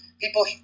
People